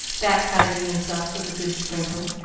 baptizing himself with a good sprinkle,